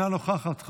אינה נוכחת,